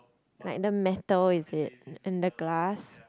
like the metal is it and the glass